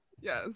yes